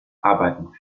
arbeiten